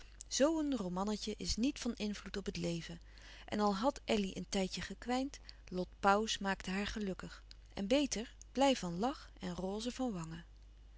zoo een romannetje is niet van invloed op het leven en al had elly een tijdje gekwijnd lot pauws maakte haar gelukkig en beter blij van lach en roze